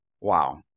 wow